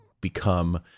become